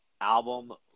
album